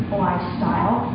lifestyle